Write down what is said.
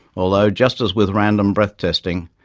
although, just as with random breath testing,